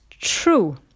true